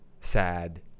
sad